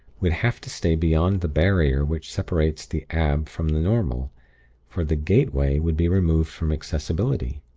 would have to stay beyond the barrier which separates the ab from the normal for the gateway would be removed from accessibility.